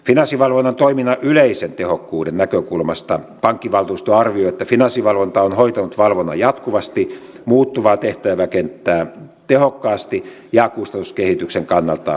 finanssivalvonnan toiminnan yleisen tehokkuuden näkökulmasta pankkivaltuusto arvioi että finanssivalvonta on hoitanut valvonnan jatkuvasti muuttuvaa tehtäväkenttää tehokkaasti ja kustannuskehityksen kannalta tarkoituksenmukaisesti